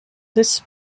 this